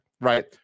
right